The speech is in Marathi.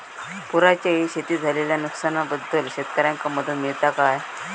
पुराच्यायेळी शेतीत झालेल्या नुकसनाबद्दल शेतकऱ्यांका मदत मिळता काय?